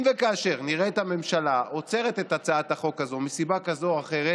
אם וכאשר נראה את הממשלה עוצרת את הצעת החוק הזו מסיבה כזו או אחרת,